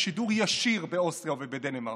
בשידור ישיר באוסטריה ובדנמרק.